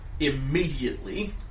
Immediately